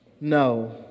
no